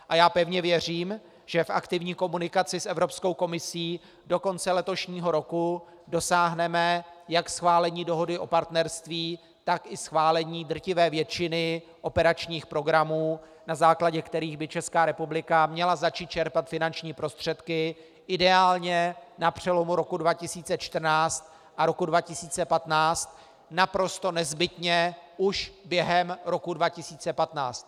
A já pevně věřím, že v aktivní komunikaci s Evropskou komisí do konce letošního roku dosáhneme jak schválení Dohody o partnerství, tak i schválení drtivé většiny operačních programů, na základě kterých by Česká republika měla začít čerpat finanční prostředky ideálně na přelomu roku 2014 a roku 2015, naprosto nezbytně už během roku 2015.